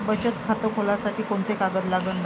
बचत खात खोलासाठी कोंते कागद लागन?